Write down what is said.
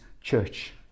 church